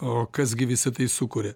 o kas gi visa tai sukuria